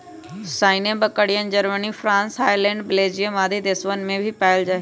सानेंइ बकरियन, Germany, France, Holland, Belgium आदि देशवन में भी पावल जाहई